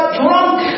drunk